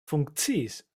funkciis